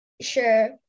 sure